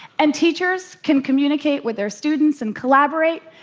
and teachers can communicate with their students and collaborate,